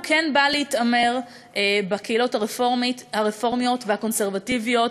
הוא כן בא להתעמר בקהילות הרפורמיות והקונסרבטיביות,